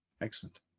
excellent